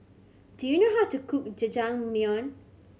do you know how to cook Jajangmyeon